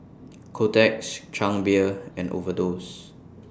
Kotex Chang Beer and Overdose